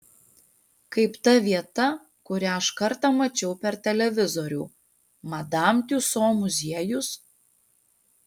kaip ta vieta kurią aš kartą mačiau per televizorių madam tiuso muziejus